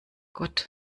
gott